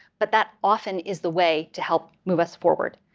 but that often is the way to help move us forward.